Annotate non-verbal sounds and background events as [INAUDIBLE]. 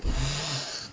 [BREATH]